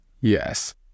Yes